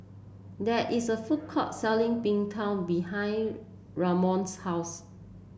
there is a food court selling Png Tao behind Ramon's house